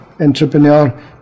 entrepreneur